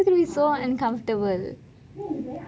don't tell me it is so hard and uncomfortable